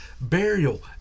burial